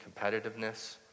competitiveness